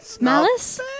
Malice